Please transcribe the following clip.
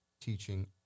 teaching